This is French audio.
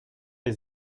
les